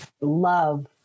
love